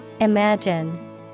Imagine